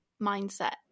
mindset